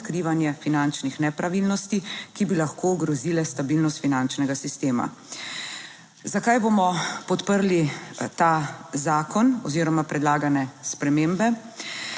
finančnih nepravilnosti, ki bi lahko ogrozile stabilnost finančnega sistema. Zakaj bomo podprli ta zakon oziroma predlagane spremembe?